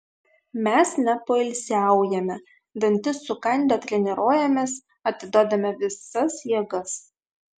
mes nepoilsiaujame dantis sukandę treniruojamės atiduodame visas jėgas